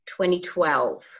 2012